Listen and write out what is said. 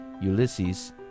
Ulysses